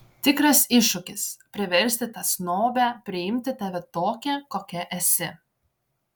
tikras iššūkis priversti tą snobę priimti tave tokią kokia esi